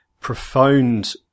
profound